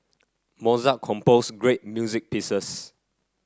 Mozart composed great music pieces